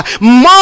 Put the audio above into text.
more